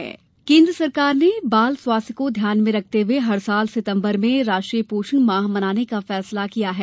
राष्ट्रीय पोषण केन्द्र सरकार ने बाल स्वास्थ्य को ध्यान में रखते हुए हर साल सितंबर में राष्ट्रीय पोषण माह मनाने का फैसला किया है